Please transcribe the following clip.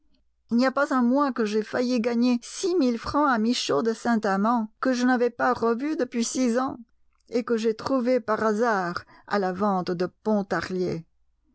il n'y a pas un mois que j'ai failli gagner six mille francs à michaud de saint amand que je n'avais pas revu depuis six ans et que j'ai trouvé par hasard à la vente de pontarlier